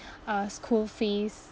uh school fees